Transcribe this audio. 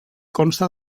consta